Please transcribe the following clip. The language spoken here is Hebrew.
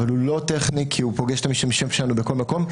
אבל הוא לא טכני כי הוא פוגש את המשתמשים שלנו בכל מקום,